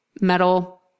metal